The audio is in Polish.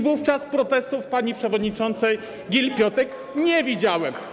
Wówczas protestów pani przewodniczącej Gill-Piątek nie widziałem.